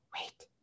wait